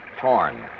Torn